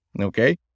okay